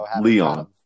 Leon